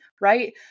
Right